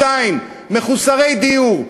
מחוסרי דיור.